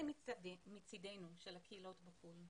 זה מצד הקהילות בחוץ לארץ.